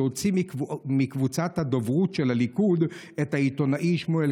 שהוציא מקבוצת הדוברות של הליכוד את העיתונאי שמואל